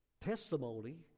testimony